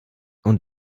und